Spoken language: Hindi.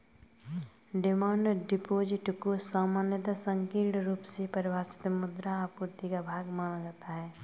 डिमांड डिपॉजिट को सामान्यतः संकीर्ण रुप से परिभाषित मुद्रा आपूर्ति का भाग माना जाता है